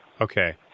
Okay